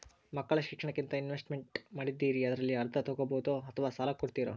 ಮಕ್ಕಳ ಶಿಕ್ಷಣಕ್ಕಂತ ಇನ್ವೆಸ್ಟ್ ಮಾಡಿದ್ದಿರಿ ಅದರಲ್ಲಿ ಅರ್ಧ ತೊಗೋಬಹುದೊ ಅಥವಾ ಸಾಲ ಕೊಡ್ತೇರೊ?